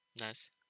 Nice